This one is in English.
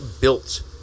built